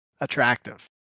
attractive